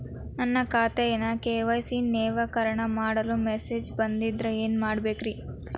ನನ್ನ ಖಾತೆಯ ಕೆ.ವೈ.ಸಿ ನವೇಕರಣ ಮಾಡಲು ಮೆಸೇಜ್ ಬಂದದ್ರಿ ಏನ್ ಮಾಡ್ಬೇಕ್ರಿ?